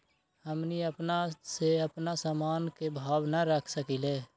हमनी अपना से अपना सामन के भाव न रख सकींले?